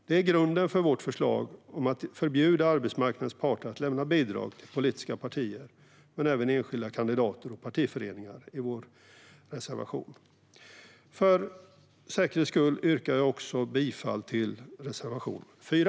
Det är grunden för vårt förslag om att förbjuda arbetsmarknadens parter att lämna bidrag till politiska partier, men även till enskilda kandidater och partiföreningar. För säkerhets skull yrkar jag bifall också till reservation 4.